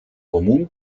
común